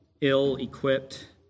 ill-equipped